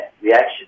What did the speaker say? reaction